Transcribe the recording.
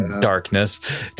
darkness